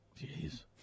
Jeez